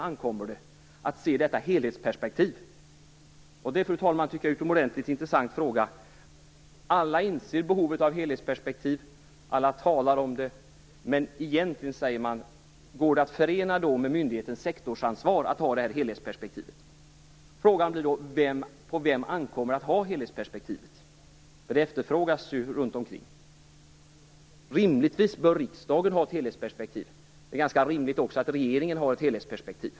Ankommer det på varje enskild myndighet? Det, fru talman, är en utomordentligt intressant fråga. Alla inser behovet av helhetsperspektiv. Alla talar om det. Men, frågar man, går det egentligen att förena med myndighetens sektorsansvar att ha ett helhetsperspektiv? Frågan blir då på vem det ankommer att ha det helhetsperspektiv som efterfrågas. Rimligtvis bör riksdagen ha ett helhetsperspektiv. Det är också ganska rimligt att regeringen har det.